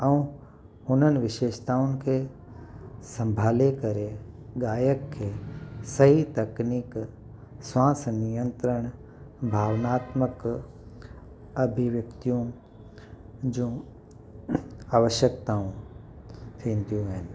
ऐं हुननि विशेषताउनि खे संभाले करे गायक खे सही तकनीक स्वांस नियंत्रण भावनात्मक अभिव्यक्तियूं जूं आवश्यकताऊं थींदियूं आहिनि